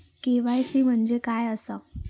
KYC म्हणजे काय आसा?